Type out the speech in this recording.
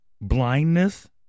Blindness